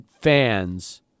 fans